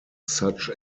such